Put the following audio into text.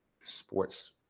sports